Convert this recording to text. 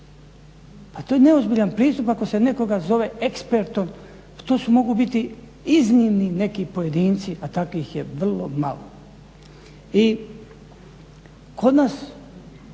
Pa to je neozbiljan pristup ako se nekoga zove ekspertom, to samo mogu biti iznimni neki pojedinci, a takvih je vrlo malo. I kod nas